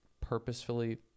purposefully